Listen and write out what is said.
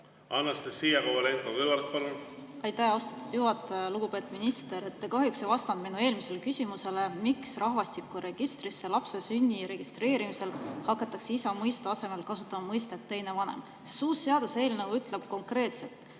Anastassia Kovalenko‑Kõlvart, palun! Aitäh, austatud juhataja! Lugupeetud minister, te kahjuks ei vastanud mu eelmisele küsimusele, miks rahvastikuregistris lapse sünni registreerimisel hakatakse isa mõiste asemel kasutama mõistet "teine vanem". See uus seaduseelnõu ütleb konkreetselt,